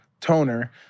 toner